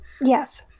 Yes